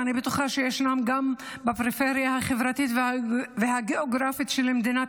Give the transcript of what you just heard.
אני בטוחה שגם בפריפריה החברתית והגיאוגרפית של מדינת